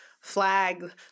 flag